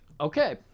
Okay